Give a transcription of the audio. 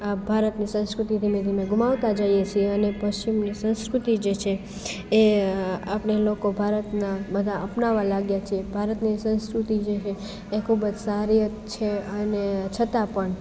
આ ભારતની સંસ્કૃતિ ધીમે ધીમે ગુમાવતા જાઈએ સીએ અને પશ્ચિમની સંસ્કૃતિ જે છે એ આપણે લોકો ભારતના બધા અપનાવવા લાગ્યા છીએ ભારતની સંસ્કૃતિ જે એ ખૂબ જ સારી છે અને છતા પણ